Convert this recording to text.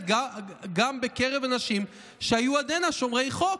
גם בקרב אנשים שהיו עד הנה שומרי חוק".